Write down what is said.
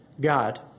God